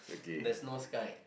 there's no sky